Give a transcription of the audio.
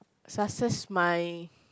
success my